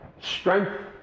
strength